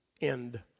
End